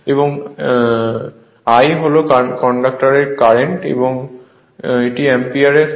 এবং I হল কন্ডাক্টরে কারেন্ট এর অ্যাম্পিয়ারে মান